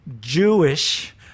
Jewish